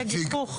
תבין את הגיחוך,